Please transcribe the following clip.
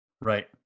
Right